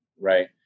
right